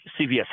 cvs